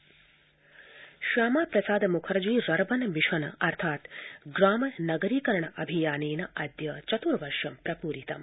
rurban मिशनम् Shyama Prasad Mukherjee rurban mission अर्थात् ग्राम नगरीकरण अभियानेन अद्य चतुर्वर्ष प्रपूरितम्